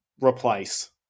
Replace